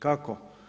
Kako?